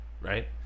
right